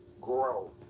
grow